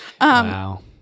wow